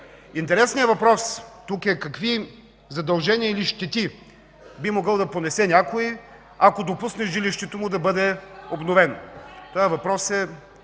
Интересният въпрос тук е: какви задължения или щети би могъл да понесе някой, ако допусне жилището му да бъде обновено? (Реплика